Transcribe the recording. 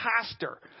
pastor